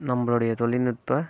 நம்மளுடைய தொழில்நுட்ப